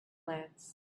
plants